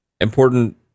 important